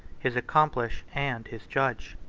his accomplice and his judge.